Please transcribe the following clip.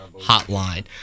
hotline